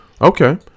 Okay